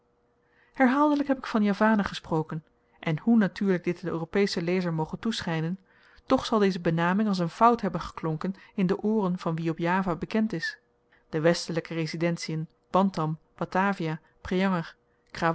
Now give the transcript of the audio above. herhaaldelyk heb ik van javanen gesproken en hoe natuurlyk dit den europeschen lezer moge toeschynen toch zal deze benaming als een fout hebben geklonken in de ooren van wien op java bekend is de westelyke residentien bantam batavia